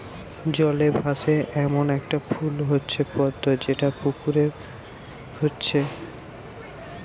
জলে ভাসে এ্যামন একটা ফুল হচ্ছে পদ্ম যেটা পুকুরে হচ্ছে